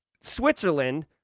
Switzerland